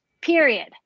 period